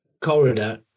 corridor